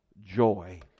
joy